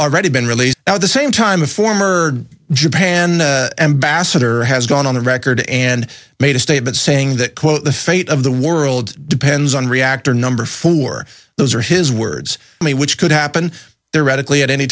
already been released now the same time a former japan ambassador has gone on the record and made a statement saying that quote the fate of the world depends on reactor number four those are his words to me which could happen there radically at any